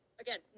again